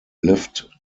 lived